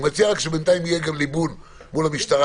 אני מציע שבינתיים יהיה גם ליבון מול המשטרה,